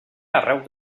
arreu